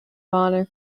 honour